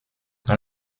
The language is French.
dans